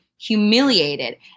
humiliated